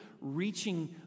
reaching